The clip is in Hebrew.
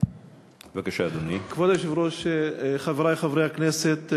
כבוד היושב-ראש, חברי חברי הכנסת,